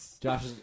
Josh